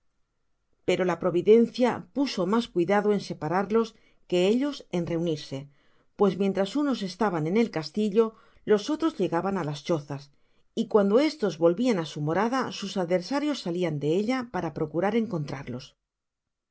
pero la providencia puso mas cuidado en separarlos que ellos en reunirse pues mientras unos estaban en el castillo'los otros llegaban á las chozas y cuando estos volvían á su morada sus adversarios salían de ella para procurar encontrarlos